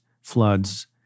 floods